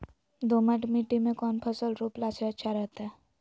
दोमट मिट्टी में कौन फसल रोपला से अच्छा रहतय?